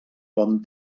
bon